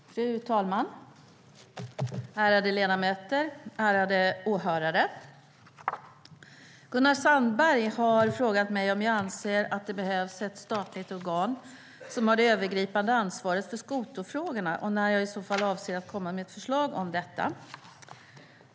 Fru talman! Ärade ledamöter och åhörare! Gunnar Sandberg har frågat mig om jag anser att det behövs ett statligt organ som har det övergripande ansvaret för skoterfrågorna och när jag i så fall avser att komma med ett förslag om detta.